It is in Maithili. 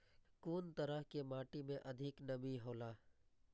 कुन तरह के माटी में अधिक नमी हौला?